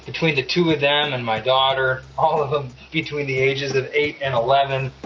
between the two of them and my daughter, all of them between the ages of eight and eleven,